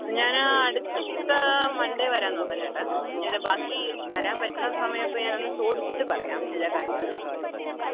ഞാനാ അടുത്ത മണ്ടേ വരാൻ നോക്കാം ചേട്ടാ ഞാൻ ബാക്കി വരാൻ പറ്റുന്ന സമയമൊക്കെ ഞാൻ ചോദിച്ചിട്ട് പറയാം എല്ലാ കാര്യങ്ങളും